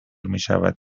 میشود